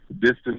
distance